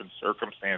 circumstances